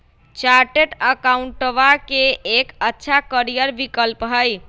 chartered अकाउंटेंटवा के एक अच्छा करियर विकल्प हई